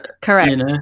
Correct